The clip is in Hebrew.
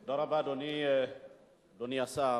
אדוני, תודה רבה, אדוני השר,